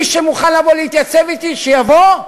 מי שמוכן לבוא להתייצב אתי שיבוא,